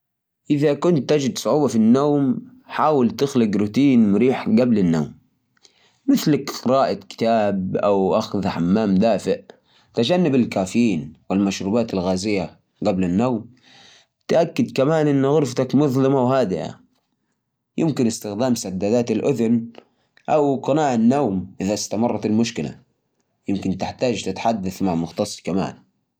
يحبيبي جرب تنظم موعيد نومك يعني تروح للسرير بنفس الوقت كل يوم. وفيه طبعاً شيء مهم جداً جداً جداً أنك تتجنب الشاشات قبل النوم. هذا الشيء بالذات هيفرق معاك بشكل كبير. حاول تقرأ كتاب أو تسمع موسيقى هادية. بعدين تأكد أن غرفة نومك هادية ومريحة.